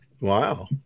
Wow